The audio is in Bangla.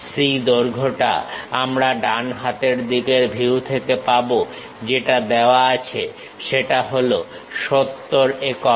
C দৈর্ঘ্যটা আমরা ডান দিকের ভিউ থেকে পাবো যেটা দেওয়া আছে সেটা হলো 70 একক